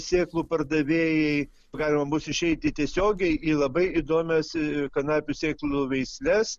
sėklų pardavėjai galima bus išeiti tiesiogiai į labai įdomias kanapių sėklų veisles